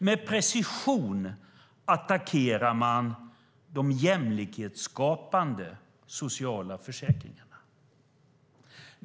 Med precision attackerar man de jämlikhetsskapande sociala försäkringarna.